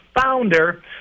founder